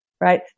right